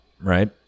right